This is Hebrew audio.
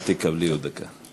את תקבלי עוד דקה.